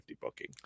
booking